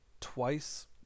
Twice